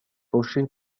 fauché